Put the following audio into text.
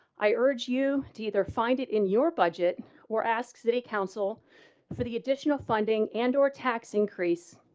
i urge you to either find it in your budget or asked the counsel for the additional funding and or tax increase.